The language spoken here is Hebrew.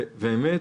אמת,